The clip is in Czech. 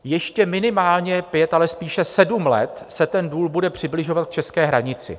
Ještě minimálně pět, ale spíše sedm let se ten důl bude přibližovat k české hranici.